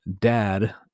dad